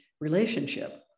relationship